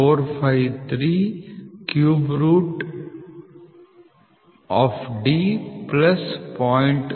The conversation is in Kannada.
453 ಘನ ಮೂಲ ಪ್ಲಸ್ 0